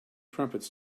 crumpets